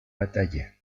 batalla